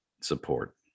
support